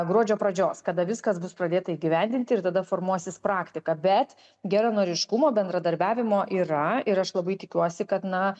gruodžio pradžios kada viskas bus pradėta įgyvendinti ir tada formuosis praktika bet geranoriškumo bendradarbiavimo yra ir aš labai tikiuosi kad na